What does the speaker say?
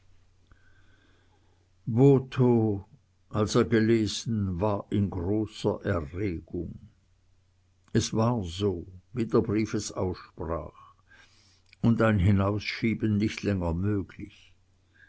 als er gelesen war in großer erregung es war so wie der brief es aussprach und ein hinausschieben nicht länger möglich